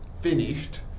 finished